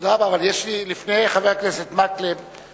תודה רבה, אבל לפני חבר הכנסת מקלב,